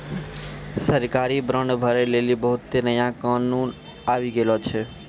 सरकारी बांड भरै लेली बहुते नया कानून आबि गेलो छै